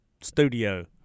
studio